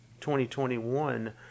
2021